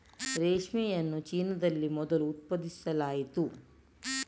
ರೇಷ್ಮೆಯನ್ನು ಚೀನಾದಲ್ಲಿ ಮೊದಲು ಉತ್ಪಾದಿಸಲಾಯಿತು